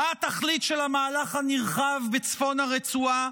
מה התכלית של המהלך הנרחב בצפון הרצועה?